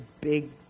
big